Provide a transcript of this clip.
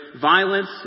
violence